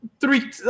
three